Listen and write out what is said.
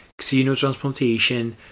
xenotransplantation